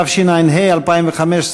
התשע"ה 2015,